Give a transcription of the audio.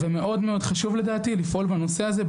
חשוב מאוד לדעתי לפעול בנושא הזה,